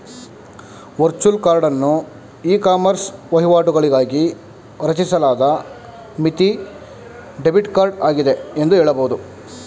virtual ಕಾರ್ಡನ್ನು ecommerce ವಹಿವಾಟುಗಳಿಗಾಗಿ ರಚಿಸಲಾದ ಮಿತಿ ಡೆಬಿಟ್ ಕಾರ್ಡ್ ಆಗಿದೆ ಎಂದು ಹೇಳಬಹುದು